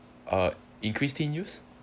uh increase in use